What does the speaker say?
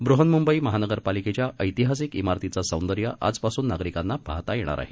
बृहन्मुंबई महानगरपालिकेच्या ऐतिहासिक इमारतीचे सौंदर्य आजपासून नागरिकांना पाहता येणार आहे